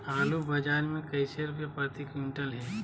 आलू बाजार मे कैसे रुपए प्रति क्विंटल है?